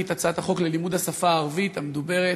את הצעת החוק ללימוד השפה הערבית המדוברת